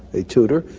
a tutor,